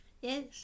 yes